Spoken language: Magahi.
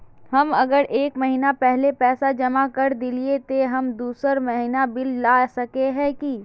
हम अगर एक महीना पहले पैसा जमा कर देलिये ते हम दोसर महीना बिल ला सके है की?